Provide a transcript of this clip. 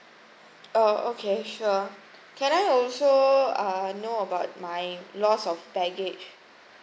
oh okay sure can I also uh know about my loss of baggage